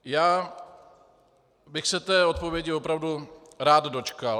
Já bych se té odpovědi opravdu rád dočkal.